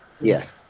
Yes